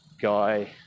Guy